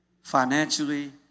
financially